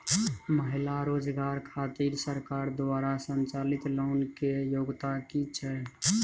महिला रोजगार खातिर सरकार द्वारा संचालित लोन के योग्यता कि छै?